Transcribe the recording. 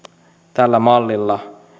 tällä mallilla